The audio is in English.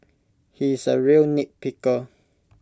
he is A real nitpicker